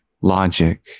logic